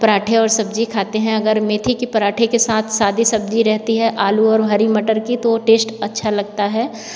पराठे और सब्जी खाते हैं अगर मेथी के पराठे के साथ सादी सब्जी रहती है आलू और हरी मटर की तो टेस्ट अच्छा लगता है